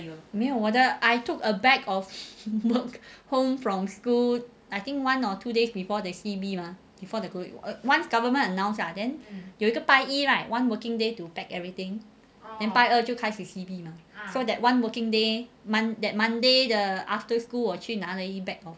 没有我的 I took a bag of work home from school I think one or two days before the C_B mah before the COVID once government announce ah then 有一个拜一 right one working day to pack everything then 拜二就开始 C_B mah so that one working day mon~ that monday 的 after school 我就去拿了一 bag of